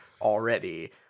already